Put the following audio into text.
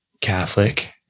catholic